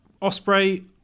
Osprey